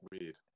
Weird